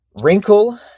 Wrinkle